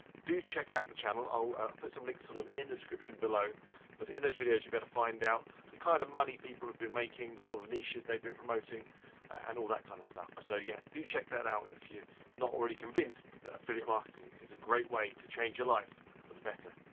do check out the channel. i'll put some links to them in the description below but in those videos you better find out the kind of money people have been making, the sort of niches they've been promoting and all that kind of stuff. so yeah, do check that out if you not already convinced that affiliate marketing is a great way to change your life for the better.